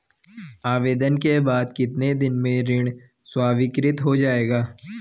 आवेदन के बाद कितने दिन में ऋण स्वीकृत हो जाएगा?